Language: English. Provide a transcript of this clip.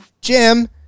Jim